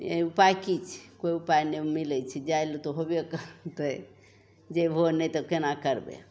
उपाय कि छै कोइ उपाय नहि मिलै छै जाइ ले तऽ होबे करतै जएबहो नहि तऽ कोना करबै